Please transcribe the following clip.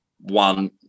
one